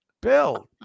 Bill